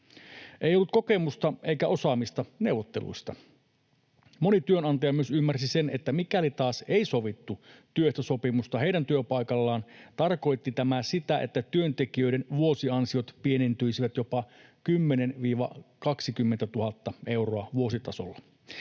Ei ollut kokemusta eikä osaamista neuvotteluista. Moni työnantaja myös ymmärsi sen, että mikäli taas ei sovittu työehtosopimusta heidän työpaikallaan, tarkoitti tämä sitä, että työntekijöiden vuosiansiot pienentyisivät jopa 10 000—20 000 euroa vuositasolla.